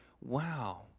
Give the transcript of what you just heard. wow